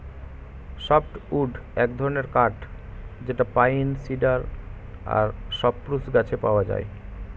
soft wood এক ধরনের কাঠ যেটা পাইন, সিডার আর সপ্রুস গাছে পাওয়া যায়